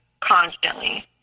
constantly